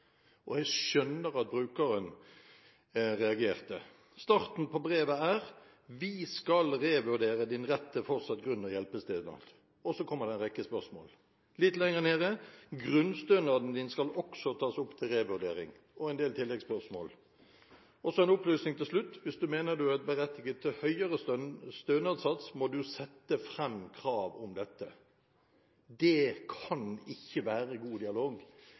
og jeg skjønner at brukeren reagerte. I starten på brevet står det: Vi skal revurdere din rett til fortsatt grunn- og hjelpestønad. Så kommer det en rekke spørsmål. Litt lenger nede står det: Din grunnstønad skal også tas opp til revurdering. Så er det en del tilleggsspørsmål. Så er det en opplysning til slutt: Hvis du mener du er berettiget til høyere stønadssats, må du sette fram krav om dette. Det kan ikke være god dialog.